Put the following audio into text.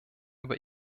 über